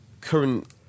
current